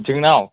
जोंनाव